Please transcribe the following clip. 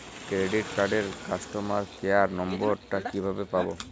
Credit কার্ডের customer care number টা কিভাবে পাবো?